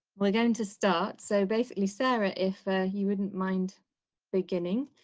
we're going to start, so basically sarah, if you wouldn't mind beginning,